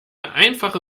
einfache